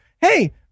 hey